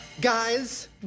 Guys